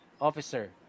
officer